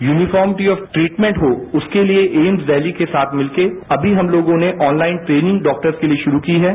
uniformity of treatment हो उसके लिये एम्सदिल्ली के साथ मिल कर अभी हम लोगों ने ऑनलाइन ट्रेनिंग डॉक्टर्स के लिये शुरू कीहै